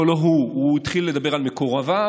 לא, לא הוא, הוא התחיל לדבר על מקורביו,